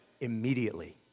immediately